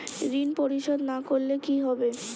ঋণ পরিশোধ না করলে কি হবে?